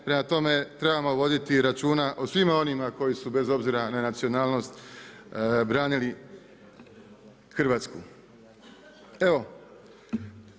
Prema tome, trebamo voditi računa o svima onima koji su bez obzira na nacionalnost branili Hrvatsku.